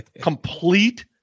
complete